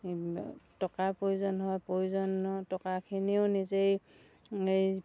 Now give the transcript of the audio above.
এই টকাৰ প্ৰয়োজন হয় প্ৰয়োজনৰ টকাখিনিও নিজেই এই